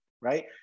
right